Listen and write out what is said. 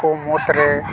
ᱠᱚ ᱢᱩᱫᱽᱨᱮ